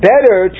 Better